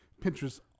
Pinterest